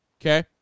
Okay